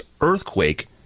earthquake